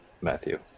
Matthew